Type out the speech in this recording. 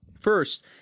first